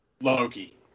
Loki